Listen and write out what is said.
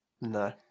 No